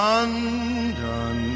London